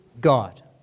God